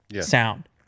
sound